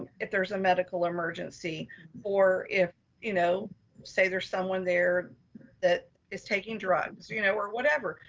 if there's a medical emergency for, if you know say there's someone there that is taking drugs you know or whatever.